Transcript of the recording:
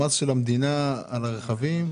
המס של המדינה על הרכבים,